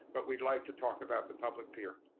but we'd like to talk about the public peer